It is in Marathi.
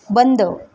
बंद